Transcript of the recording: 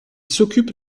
s’occupe